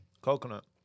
Coconut